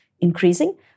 increasing